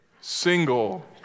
single